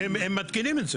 -- הם מתקינים את זה.